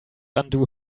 undo